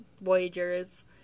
voyagers